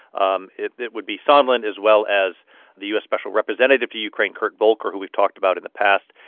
um it it would be sondland as well as the u s. special representative to ukraine, kurt volker, who we've talked about in the past,